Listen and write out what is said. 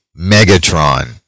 Megatron